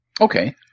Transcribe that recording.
Okay